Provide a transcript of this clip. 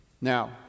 Now